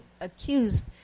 accused